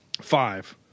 five